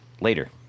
later